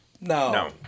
No